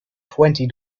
twenty